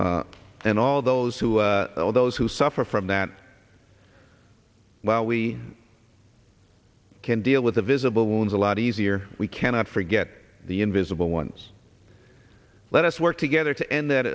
and all those who all those who suffer from that while we can deal with the visible wounds a lot easier we cannot forget the invisible ones let us work together to end that